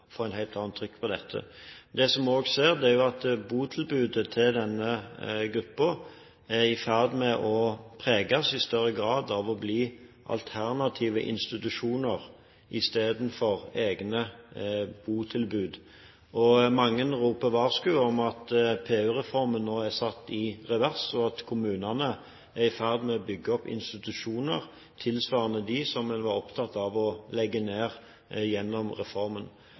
trykk på dette. Det vi også ser, er at botilbudet til denne gruppen i større grad er i ferd med å preges av å bli alternative institusjoner i stedet for egne botilbud. Mange roper varsku om at PU-reformen nå er satt i revers, og at kommunene er i ferd med å bygge opp institusjoner tilsvarende dem som en var opptatt av å legge ned gjennom reformen.